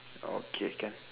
okay can